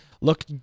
look